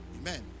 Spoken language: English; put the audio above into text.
Amen